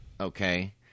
Okay